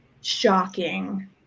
shocking